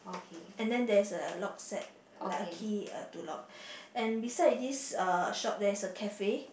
and then there's a lock set like a key uh to lock and beside this uh shop there is a cafe